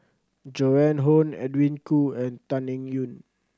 Joan Hon Edwin Koo and Tan Eng Yoon